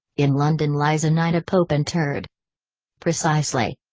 in london lies a knight a pope interred precisely.